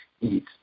eat